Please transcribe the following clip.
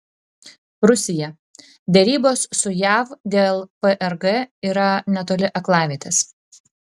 rusija derybos su jav dėl prg yra netoli aklavietės